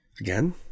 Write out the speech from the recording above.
again